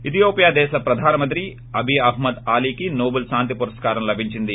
Ethiopia దేశ ప్రధాన మంత్రి అబిఅహ్టద్ అలీకి నోబుల్ శాంతి పురస్కారం లభించింది